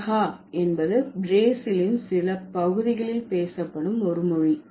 பிரஹா என்பது பிரேசிலின் சில பகுதிகளில் பேசப்படும் ஒரு மொழி